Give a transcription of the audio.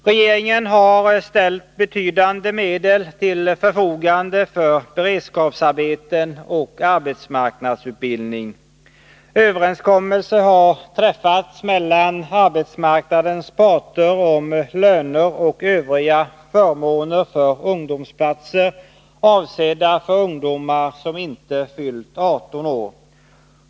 Regeringen har ställt betydande medel till förfogande för beredskapsarbeten och arbetsmarknadsutbildning. Överenskommelser har träffats mellan arbetsmarknadens parter om löner och övriga förmåner för ungdomsplatser, avsedda för ungdomar som inte fyllt 18 år.